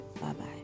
Bye-bye